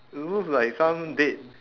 it looks like some dead